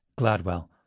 Gladwell